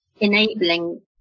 enabling